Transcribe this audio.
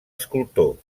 escultor